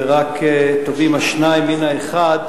טובים השניים מן האחד,